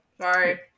sorry